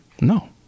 No